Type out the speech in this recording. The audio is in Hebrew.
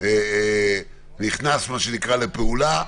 נכנס לפעולה,